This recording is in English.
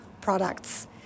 products